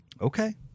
Okay